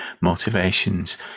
motivations